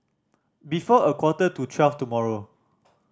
before a quarter to twelve tomorrow